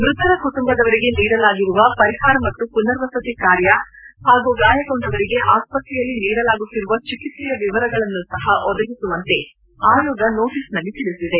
ಮೃತರ ಕುಟುಂಬದವರಿಗೆ ನೀಡಲಾಗಿರುವ ಪರಿಹಾರ ಮತ್ತು ಪುನರ್ವಸತಿ ಕಾರ್ಯ ಹಾಗೂ ಗಾಯಗೊಂಡವರಿಗೆ ಆಸ್ಪತ್ರೆಯಲ್ಲಿ ನೀಡಲಾಗುತ್ತಿರುವ ಚಿಕಿತ್ಲೆಯ ವಿವರಗಳನ್ನು ಸಹ ಒದಗಿಸುವಂತೆ ಆಯೋಗ ನೋಟೀಸ್ನಲ್ಲಿ ತಿಳಿಸಿದೆ